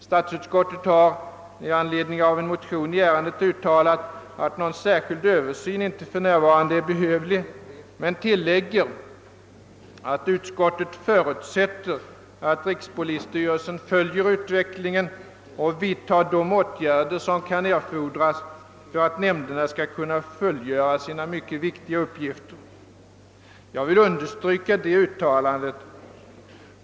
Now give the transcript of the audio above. Statsutskottet har med anledning av en motion i ärendet uttalat att någon särskild översyn inte behövs för närvarande men tillägger att man förutsätter att rikspolisstyrelsen följer utvecklingen och vidtar de åtgärder som kan erfordras för att nämnderna skall kunna fullgöra sina mycket viktiga uppgifter. Jag vill understryka detta uttalande.